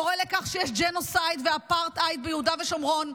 קורא שיש ג'נוסייד ואפרטהייד ביהודה ושומרון.